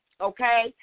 okay